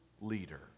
leader